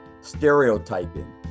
stereotyping